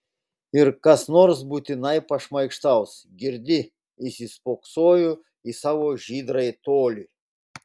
ir kas nors būtinai pašmaikštaus girdi įsispoksojo į savo žydrąjį tolį